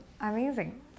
Amazing